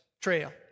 trail